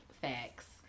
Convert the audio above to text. Facts